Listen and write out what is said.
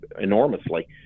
enormously